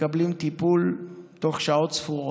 ומקבלים טיפול בתוך שעות ספורות.